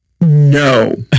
No